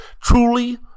truly